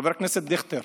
חבר הכנסת דיכטר,